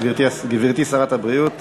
גברתי שרת הבריאות